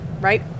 Right